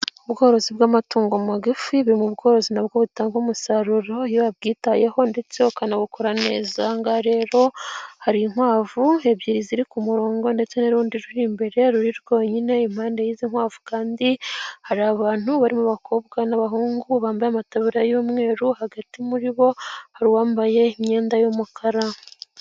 Ubworozi bw'amatungo magufu buri mu bworozi nabwo butanga umusaruro iyo babyitayeho ndetse ukanabukora neza, ahangaha rero hari inkwavu ebyiri ziri ku murongo ndetse n'urundi ruri imbere ruri rwonyine, impande y'inkwavu kandi hari abantu barimo abakobwa n'abahungu bambaye amatabura y'umweru hagati muri bo hari uwambaye imyenda y'umukara.